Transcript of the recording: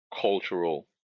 cultural